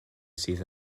sydd